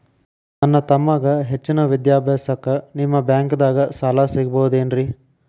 ನನ್ನ ತಮ್ಮಗ ಹೆಚ್ಚಿನ ವಿದ್ಯಾಭ್ಯಾಸಕ್ಕ ನಿಮ್ಮ ಬ್ಯಾಂಕ್ ದಾಗ ಸಾಲ ಸಿಗಬಹುದೇನ್ರಿ?